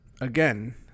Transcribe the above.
Again